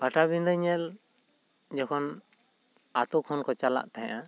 ᱯᱟᱴᱟᱵᱤᱸᱫᱟᱹ ᱧᱮᱞ ᱡᱚᱠᱷᱚᱱ ᱟᱛᱚ ᱠᱷᱚᱱ ᱠᱚ ᱪᱟᱞᱟᱜ ᱛᱟᱦᱮᱸᱜᱼᱟ